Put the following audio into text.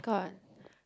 [oh]-my-god